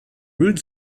rood